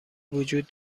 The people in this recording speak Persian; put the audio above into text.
وجود